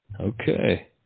Okay